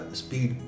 speed